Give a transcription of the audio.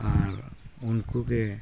ᱟᱨ ᱩᱱᱠᱩᱜᱮ